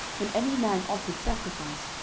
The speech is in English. when any man offered sacrifice,